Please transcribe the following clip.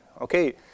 okay